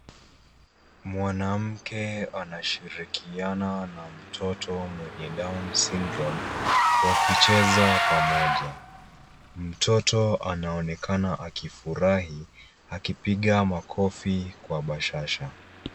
Mwanamke anashirikian na mtoto mwenye down syndrome , wakicheza pamoja. Mtoto anaonekana akifurahi, akipiga makofi kwa bashasha.